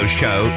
show